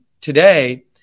today